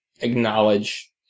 acknowledge